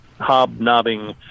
hobnobbing